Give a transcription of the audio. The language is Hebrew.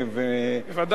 בוודאי.